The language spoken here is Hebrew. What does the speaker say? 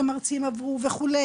המרצים עברו וכו'.